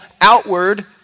outward